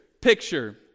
picture